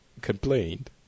Complained